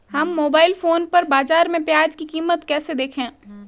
हम mobile phone पर बाज़ार में प्याज़ की कीमत कैसे देखें?